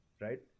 right